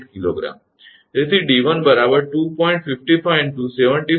65 𝑚 અને 𝑇 5764